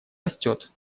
растет